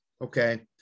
okay